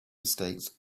mistakes